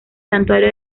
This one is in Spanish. santuario